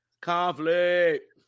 Conflict